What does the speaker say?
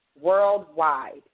Worldwide